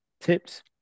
tips